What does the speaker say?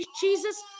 Jesus